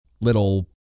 little